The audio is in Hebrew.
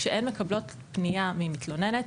כשהן מקבלות פניה ממתלוננת,